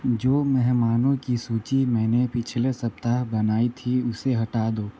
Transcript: जो मेहमानों की सूची मैंने पिछले सप्ताह बनाई थी उसे हटा दो